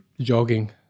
jogging